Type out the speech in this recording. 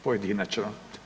Pojedinačno.